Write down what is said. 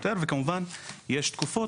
כמובן יש תקופות,